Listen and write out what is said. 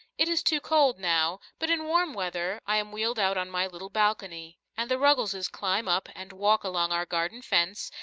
it is too cold now but in warm weather i am wheeled out on my little balcony, and the ruggleses climb up and walk along our garden fence,